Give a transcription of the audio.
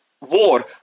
war